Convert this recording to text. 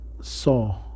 saw